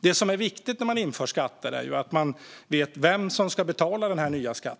Det som är viktigt när man inför skatter är att man vet vem som ska betala den nya skatten.